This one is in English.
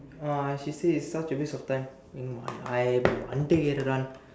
uh she said it's such a waste of time I மண்டைக்கு ஏறுறான்:mandaikku eeruraan